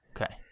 Okay